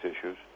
issues